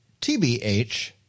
TBH